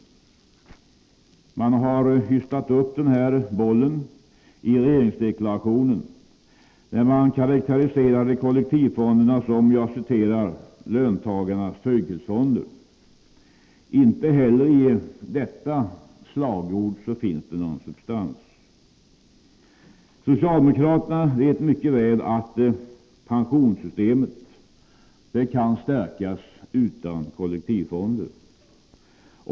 Man har hystat upp denna boll i regeringsdeklarationen, där man karakteriserar kollektivfonderna som ”löntagarnas trygghetsfonder”. Inte heller i detta slagord finns det någon substans. Socialdemokraterna vet mycket väl att pensionssystemet kan stärkas utan kollektivfonder.